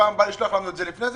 בפעם הבאה לשלוח לנו את זה לפני זה,